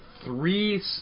three